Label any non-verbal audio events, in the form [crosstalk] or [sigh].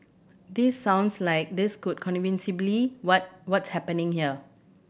this sounds like this could [unintelligible] what what's happening here